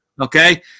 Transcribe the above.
Okay